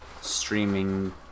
streaming